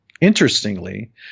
Interestingly